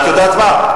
את יודעת מה,